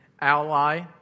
ally